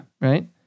Right